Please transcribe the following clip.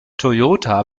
toyota